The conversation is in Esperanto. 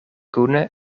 kune